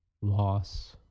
loss